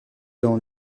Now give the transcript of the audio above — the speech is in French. dans